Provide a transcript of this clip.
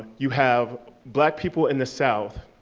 you have black people in the south